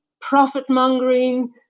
profit-mongering